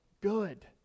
good